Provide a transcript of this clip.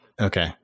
okay